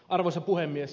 arvoisa puhemies